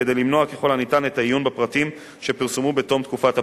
כדי למנוע ככל הניתן את העיון בפרטים שפורסמו בתום תקופת הפרסום,